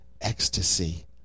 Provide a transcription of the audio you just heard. Ecstasy